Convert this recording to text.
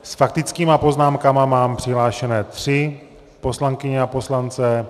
S faktickými poznámkami mám přihlášené tři poslankyně a poslance.